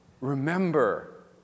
Remember